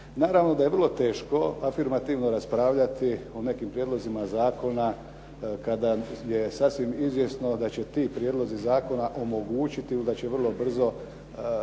Naravno da je vrlo teško afirmativno raspravljati o nekim prijedlozima zakona, kada je sasvim izvjesno da će ti prijedlozi zakona omogućiti ili da će vrlo brzo uslijediti